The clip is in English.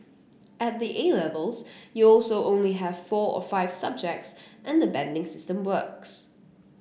at the A Levels you also only have four or five subjects and the banding system works